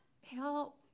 help